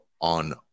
on